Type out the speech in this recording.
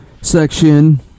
section